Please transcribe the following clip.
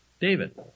David